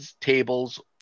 tables